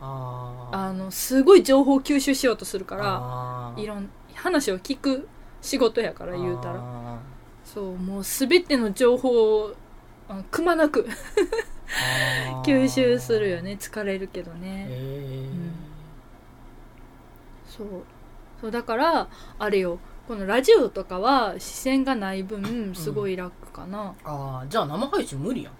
あー。あの、すごい情報を吸収しようとするから、あー。いろん、話を聞く仕事やから、言うたら。あー。そう、もう全ての情報を、あの、くまなくあー。 吸収するよね。疲れるけどね。へー。うん。そう。そう、だから、あれよ。このラジオとかは視線がない分、うん。すごい楽かな。あー、じゃあ生配信無理やん。